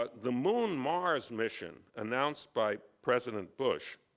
but the moon mars mission, announced by president bush,